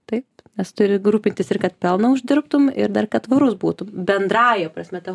taip nes turi grūpintis ir kad pelną uždirbtum ir dar kad tvarus būtum bendrąja prasme ta